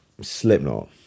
Slipknot